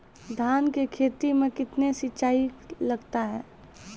धान की खेती मे कितने सिंचाई लगता है?